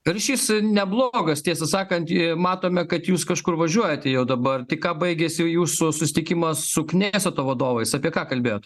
ryšys neblogas tiesą sakant matome kad jūs kažkur važiuojate jau dabar tik ką baigėsi jūsų susitikimas su kneseto vadovais apie ką kalbėjot